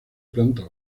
planta